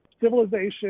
civilization